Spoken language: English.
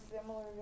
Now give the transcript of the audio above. similar